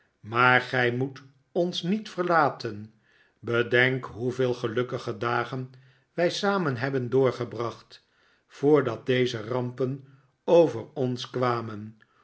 maar gij moet ons niet verlaten bedenk hoeveel gelukkige dagen wij samen hebben doorgebracht voordat deze rampen over ons kwamen